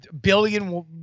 billion